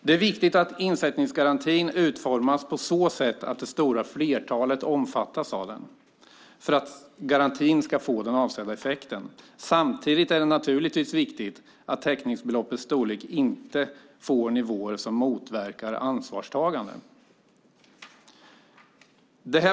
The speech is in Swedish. Det är viktigt att insättningsgarantin utformas så att det stora flertalet omfattas av den - detta för att garantin ska få avsedd effekt. Samtidigt är det naturligtvis viktigt att täckningsbeloppets storlek inte får nivåer som motverkar ansvarstagande.